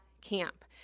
camp